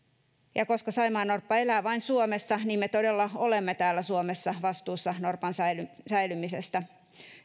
koska saimaannorppa elää vain suomessa me todella olemme täällä suomessa vastuussa norpan säilymisestä säilymisestä